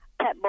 Pet